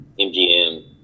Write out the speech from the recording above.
MGM